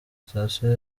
sitasiyo